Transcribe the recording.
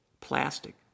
plastic